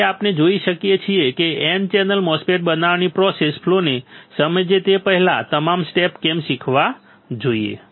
હવે આપણે જોઈ શકીએ છીએ કે N ચેનલ MOSFET બનાવવાની પ્રોસેસ ફલૉને સમજીએ તે પહેલા તમામ સ્ટેપ્સ કેમ શીખવા જોઈએ